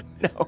No